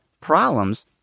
problems